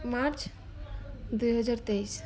March ଦୁଇ ହଜାର ତେଇଶ